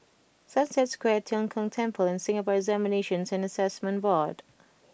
Sunset Square Tian Kong Temple and Singapore Examinations and Assessment Board